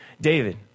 David